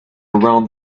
around